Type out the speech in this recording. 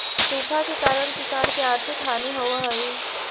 सूखा के कारण किसान के आर्थिक हानि होवऽ हइ